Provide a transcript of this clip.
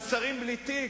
על שרים בלי תיק.